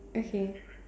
okay